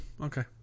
Okay